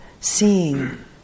seeing